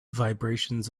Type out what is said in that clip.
vibrations